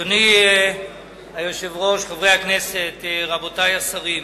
אדוני היושב-ראש, חברי הכנסת, רבותי השרים,